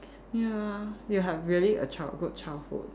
ya you have really child a good childhood